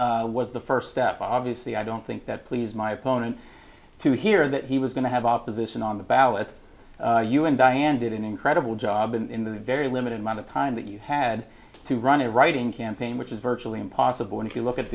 ballot was the first step obviously i don't think that pleased my opponent to hear that he was going to have opposition on the ballot and diane did an incredible job in the very limited amount of time that you had to run a writing campaign which is virtually impossible and if you look at